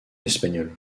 espagnol